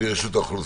מרשות האוכלוסין,